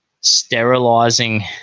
sterilizing